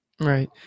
Right